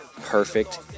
Perfect